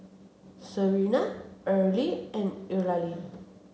Serina Earlie and Eulalie